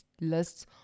lists